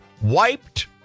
wiped